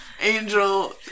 Angel